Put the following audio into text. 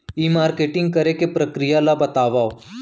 ई marketing करे के प्रक्रिया ला बतावव?